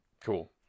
Cool